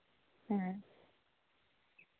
ᱦᱮᱸ